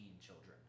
children